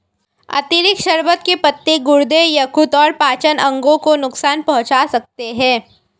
अतिरिक्त शर्बत के पत्ते गुर्दे, यकृत और पाचन अंगों को नुकसान पहुंचा सकते हैं